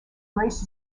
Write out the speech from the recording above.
grace